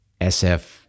SF